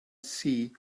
see